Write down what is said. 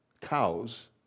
cows